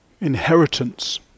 inheritance